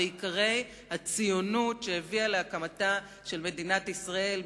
בעיקרי הציונות שהביאה להקמתה של מדינת ישראל,